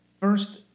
first